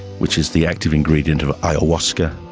which is the active ingredient of ayahuasca,